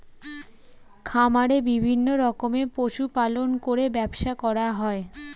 খামারে বিভিন্ন রকমের পশু পালন করে ব্যবসা করা হয়